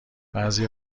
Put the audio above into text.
بعضی